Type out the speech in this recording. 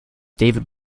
david